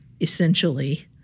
essentially